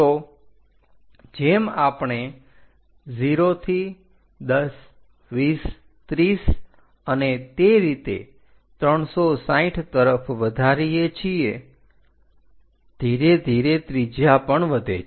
તો જેમ આપણે 0 થી 102030 અને તે રીતે 360 તરફ વધારીએ છીએ ધીરે ધીરે ત્રિજ્યા પણ વધે છે